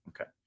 Okay